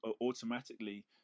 automatically